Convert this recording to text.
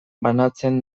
banatzen